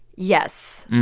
yes,